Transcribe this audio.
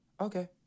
Okay